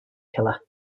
killer